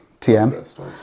TM